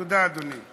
תודה, אדוני.